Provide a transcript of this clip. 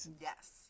yes